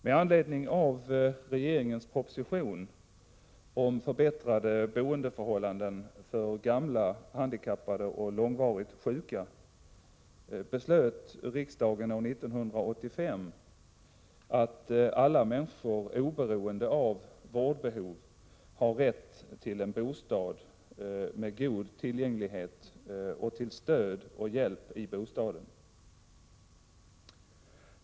Med anledning av regeringens proposition om förbättrade boendeförhållanden för gamla, handikappade och långvarigt sjuka beslöt riksdagen år 1985 att alla människor oberoende av vårdbehov skall ha rätt till en bostad med god tillgänglighet och till stöd och hjälp i bostaden.